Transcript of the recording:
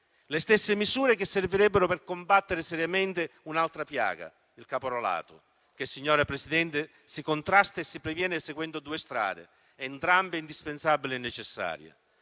le stesse misure che servirebbero per combattere seriamente un'altra piaga: il caporalato. Signora Presidente, il caporalato si contrasta e si previene seguendo due strade, entrambe indispensabili e necessarie.